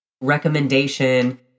recommendation